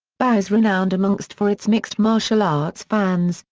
bahia is renowned amongst for its mixed martial arts fans,